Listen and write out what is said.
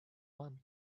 month